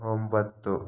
ಒಂಬತ್ತು